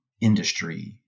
industry